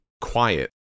quiet